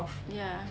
ya